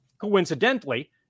Coincidentally